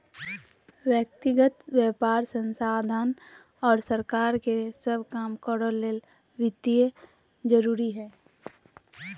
व्यक्ति व्यापार संस्थान और सरकार सब के काम करो ले वित्त जरूरी हइ